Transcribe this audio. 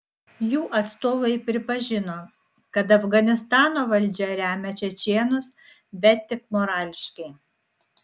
jų atstovai pripažino kad afganistano valdžia remia čečėnus bet tik morališkai